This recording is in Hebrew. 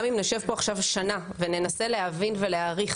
גם אם נשב פה עכשיו שנה וננסה להבין ולהעריך